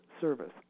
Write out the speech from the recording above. service